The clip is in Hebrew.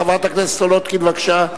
חברת הכנסת סולודקין, בבקשה.